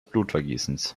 blutvergießens